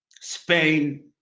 Spain